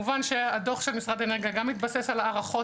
הדוח של משרד האנרגיה גם מתבסס על הערכות